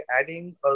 adding